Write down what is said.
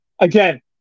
again